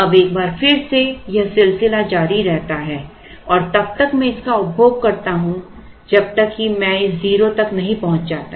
अब एक बार फिर से यह सिलसिला जारी रहता है और तब तक मैं इसका उपभोग करता हूं जब तक कि मैं इस 0 तक नहीं पहुँच जाता